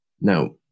Now